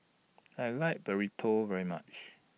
I like Burrito very much